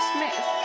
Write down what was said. Smith